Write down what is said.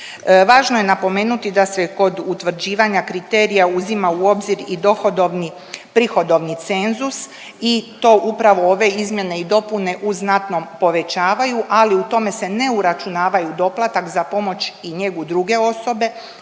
Važno je napomenuti da se kod utvrđivanja kriterija uzima u obzir i dohodovni, prihodovni cenzus i to upravo ove izmjene i dopune u znatnom povećavaju, ali u tome se ne uračunavaju doplatak za pomoć i njegu druge osobe,